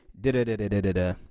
da-da-da-da-da-da